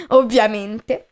ovviamente